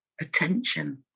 attention